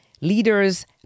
Leaders